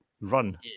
run